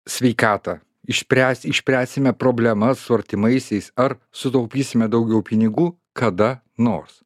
sveikatą išspręs išspręsime problemas su artimaisiais ar sutaupysime daugiau pinigų kada nors